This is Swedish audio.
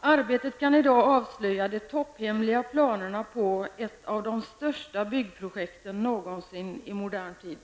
Arbetet kan i dag avslöja de topphemliga planerna på ett av de största byggprojekten någonsin i modern tid!''